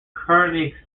currently